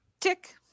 tick